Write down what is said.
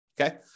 Okay